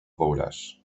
veuràs